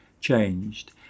changed